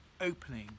opening